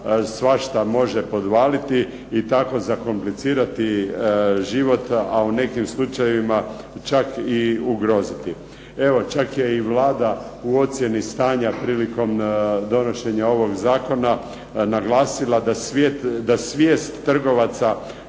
svašta može podvaliti i tako zakomplicirati život, a u nekim slučajevima čak i ugroziti. Evo, čak je i Vlada u ocjeni stanja prilikom donošenja ovog zakona naglasila da svijest trgovaca